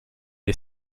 est